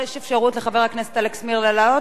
יש אפשרות לחבר הכנסת אלכס מילר לעלות,